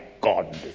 God